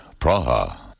Praha